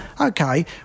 Okay